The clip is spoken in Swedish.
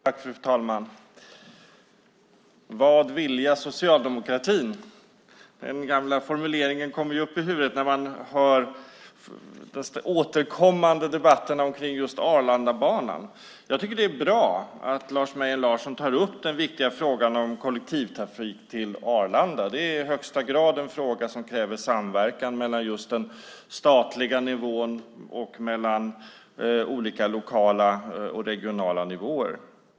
Fru talman! Vad vilja socialdemokratin? Den gamla formuleringen kommer upp i huvudet när man hör de återkommande debatterna om Arlandabanan. Jag tycker att det är bra att Lars Mejern Larsson tar upp den viktiga frågan om kollektivtrafik till Arlanda. Det är i högsta grad en fråga som kräver samverkan mellan den statliga nivån och olika lokala och regionala nivåer.